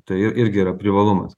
tai irgi yra privalumas